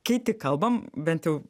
kai tik kalbam bent jau